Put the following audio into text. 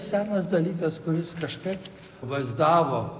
senas dalykas kuris kažkaip vaizdavo